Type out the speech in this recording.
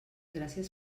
gràcies